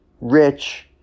rich